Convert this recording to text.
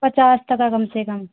पचास टका कम से कम